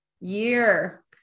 year